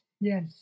Yes